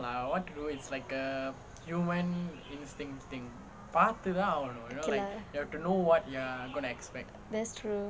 okay lah that's true